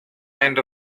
end